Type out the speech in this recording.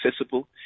accessible